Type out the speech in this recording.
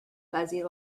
fuzzy